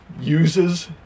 uses